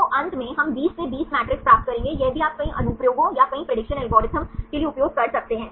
तो अंत में हम 20 से 20 मैट्रिक्स प्राप्त करेंगे यह भी आप कई अनुप्रयोगों या कई प्रेडिक्शन एल्गोरिदम के लिए उपयोग कर सकते हैं